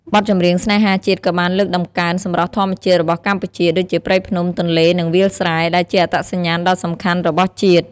បទចម្រៀងស្នេហាជាតិក៏បានលើកតម្កើង សម្រស់ធម្មជាតិ របស់កម្ពុជា ដូចជាព្រៃភ្នំ ទន្លេ និងវាលស្រែ ដែលជាអត្តសញ្ញាណដ៏សំខាន់របស់ជាតិ។